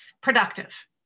productive